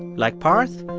like parth,